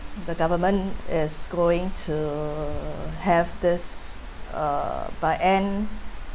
the government is going to uh have this uh by end